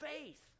faith